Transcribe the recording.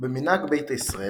במנהג ביתא ישראל,